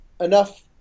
enough